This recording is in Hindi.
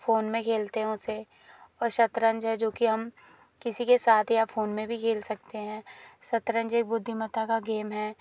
फोन मे खेलती हूँ उसे और शतरंज है जो कि हम किसी के साथ या फोन में भी खेल सकते हैं शतरंज एक बुद्धिमता का गेम है